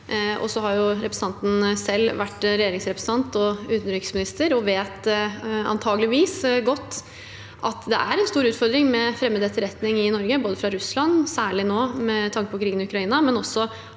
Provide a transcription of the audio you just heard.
åpne havnene. Representanten har selv vært regjeringsrepresentant og utenriksminister og vet antakeligvis godt at det er en stor utfordring med fremmed etterretning i Norge, både fra Russland, særlig med tanke på krigen i Ukraina, og også